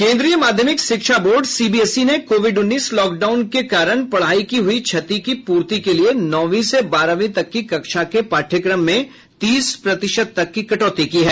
केंद्रीय माध्यमिक शिक्षा बोर्ड सीबीएसई ने कोविड उन्नीस लॉकडाउन के कारण पढ़ाई की हुई क्षति की पूर्ति के लिए नौवीं से बारहवीं तक की कक्षा के पाठ्यक्रम में तीस प्रतिशत तक की कटौती की है